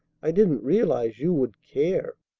i didn't realize you would care.